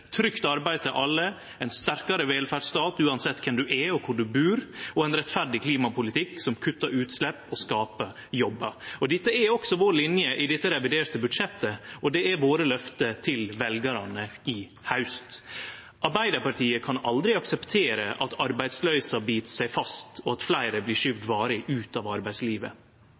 trygt arbeid til alle, ein sterkare velferdsstat, uansett kven ein er og kvar ein bur, og ein rettferdig klimapolitikk som kuttar utslepp og skaper jobbar. Det er også vår linje i dette reviderte budsjettet, og det er våre løfte til veljarane i haust. Arbeidarpartiet kan aldri akseptere at arbeidsløysa bit seg fast, og at fleire blir varig skyvde ut av arbeidslivet.